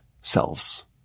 selves